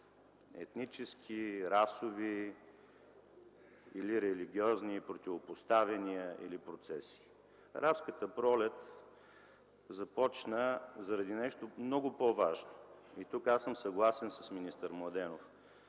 етнически, расови или религиозни противопоставяния или процеси. Арабската пролет започна заради нещо много по-важно. И тук аз съм съгласен с министър Младенов